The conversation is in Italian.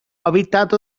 abitato